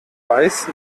weiß